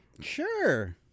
Sure